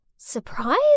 Surprise